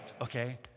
okay